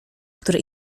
które